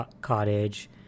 cottage